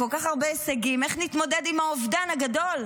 כל כך הרבה הישגים, איך נתמודד עם האובדן הגדול?